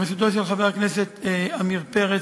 בראשותו של חבר הכנסת עמיר פרץ,